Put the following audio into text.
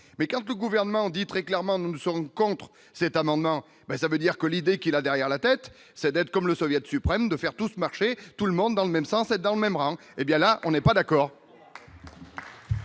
mais comme tout gouvernement dit très clairement : nous sommes contre cet amendement mais ça veut dire que l'idée qu'il a derrière la tête, sa dette comme le Soviet suprême de faire tout ce marché, tout le monde dans le même sens, dans le même rang hé bien là on n'est pas d'accord.